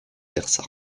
versa